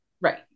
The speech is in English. Right